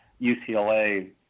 UCLA